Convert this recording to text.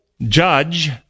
judge